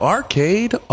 Arcade